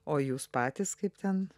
o jūs patys kaip ten